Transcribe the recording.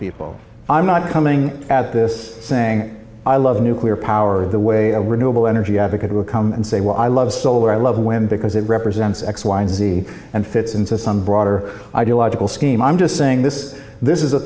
people i'm not coming at this saying i love nuclear power the way a renewable energy advocate would come and say well i love solar i love wind because it represents x y and z and fits into some broader ideological scheme i'm just saying this this is a